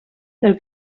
del